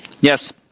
Yes